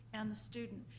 and the student.